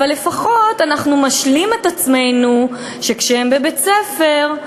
אנחנו משלים את עצמנו שלפחות כשהם בבית-הספר,